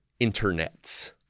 internets